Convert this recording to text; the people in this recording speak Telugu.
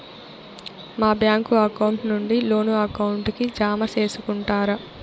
మా బ్యాంకు అకౌంట్ నుండి లోను అకౌంట్ కి జామ సేసుకుంటారా?